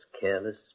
careless